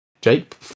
Jake